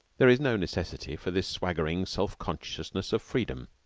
there is no necessity for this swaggering self-consciousness of freedom.